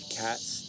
cats